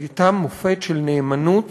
הייתה מופת של נאמנות